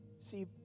See